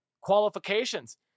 qualifications